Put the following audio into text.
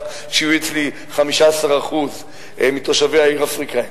שיהיו אצלי 15% מתושבי העיר אפריקנים,